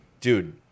dude